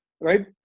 right